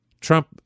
Trump